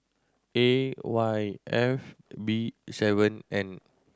A Y F B seven N